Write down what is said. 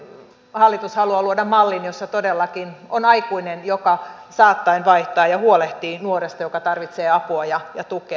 nyt hallitus haluaa luoda mallin jossa todellakin on aikuinen joka saattaen vaihtaa ja huolehtii nuoresta joka tarvitsee apua ja tukea